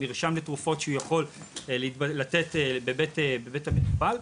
עם מרשם לתרופות שהוא יכול לתת בבית המטופל,